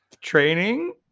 training